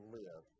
live